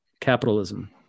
capitalism